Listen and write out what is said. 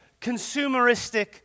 consumeristic